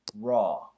Raw